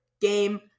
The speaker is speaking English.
game